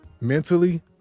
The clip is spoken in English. mentally